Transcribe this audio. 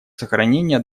сохранения